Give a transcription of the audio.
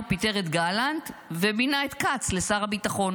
פיטר את גלנט ומינה את כץ לשר הביטחון.